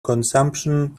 consumption